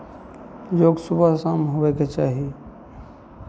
योग सुबह शाम होयके चाही